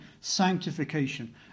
sanctification